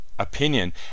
opinion